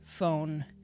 phone